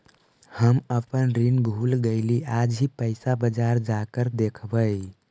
हम अपन ऋण भूल गईली आज ही पैसा बाजार पर जाकर देखवई